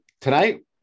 tonight